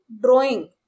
drawing